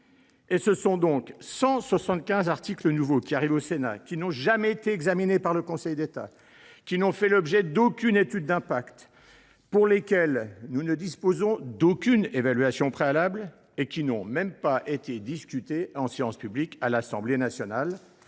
! Ce sont donc 175 articles nouveaux qui arrivent au Sénat sans avoir jamais été examinés par le Conseil d’État, sans avoir fait l’objet de la moindre étude d’impact, pour lesquels nous ne disposons d’aucune évaluation préalable… Eh oui !… et qui n’ont même pas été discutés en séance publique à l’Assemblée nationale.